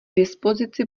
dispozici